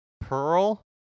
Pearl